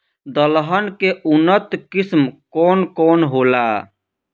दलहन के उन्नत किस्म कौन कौनहोला?